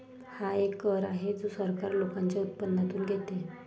हा एक कर आहे जो सरकार लोकांच्या उत्पन्नातून घेते